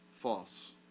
false